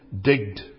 digged